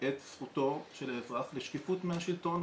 את זכותו של האזרח לשקיפות מהשלטון,